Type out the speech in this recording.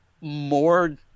more